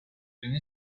viene